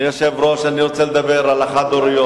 אדוני היושב-ראש, אני רוצה לדבר על החד-הוריות.